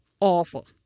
awful